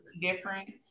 different